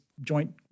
joint